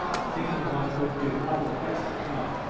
think if i could do otherwise than come